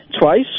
twice